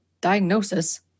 diagnosis